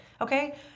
Okay